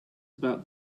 about